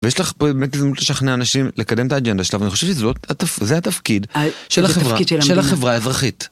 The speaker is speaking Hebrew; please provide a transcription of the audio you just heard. ויש לך באמת הזדמנות לשכנע אנשים לקדם את האגנדה שלה ואני חושב שזה התפקיד של החברה האזרחית.